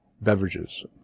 beverages